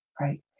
Right